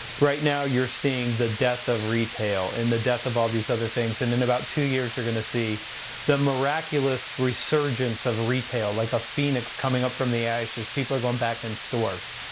right now you're seeing the death of retail and the death of all these other things, and in about two years you're gonna see the miraculous resurgence of retail like a phoenix coming up from the ashes. people are going back in stores.